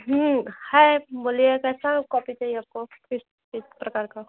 हाँ जी बोलिए कैसा कॉपी चाहिए आपको किस प्रकार का